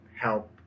help